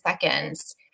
seconds